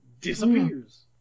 disappears